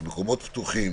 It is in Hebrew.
שמקומות פתוחים